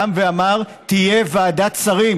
קם ואמר: תהיה ועדת שרים